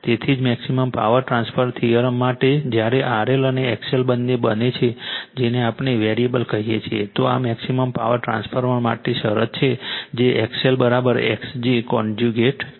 તેથી જ maximum power transfer theorem માટે જ્યારે RL અને XL બંને છે જેને આપણે વેરીએબલ કહીએ છીએ તો આ મેક્સિમમ પાવર ટ્રાન્સફર માટે શરત છે જે ZLZg કોન્ઝયુગેટ છે